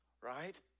right